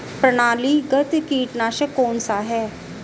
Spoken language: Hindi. प्रणालीगत कीटनाशक कौन सा है?